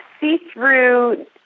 see-through